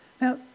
Now